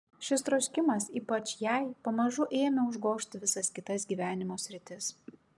šis troškimas ypač jai pamažu ėmė užgožti visas kitas gyvenimo sritis